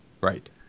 Right